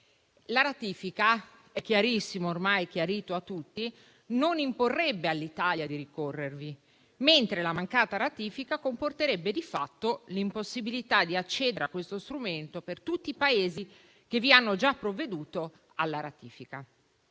La ratifica - è ormai chiarissimo a tutti - non imporrerebbe all'Italia di ricorrervi, mentre la sua mancata ratifica comporterebbe di fatto l'impossibilità di accedere a questo strumento per tutti i Paesi che vi hanno già provveduto. Nel Continente